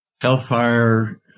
hellfire